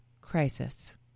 crisis